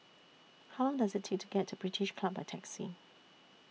How Long Does IT Take to get to British Club By Taxi